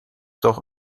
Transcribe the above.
doch